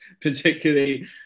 particularly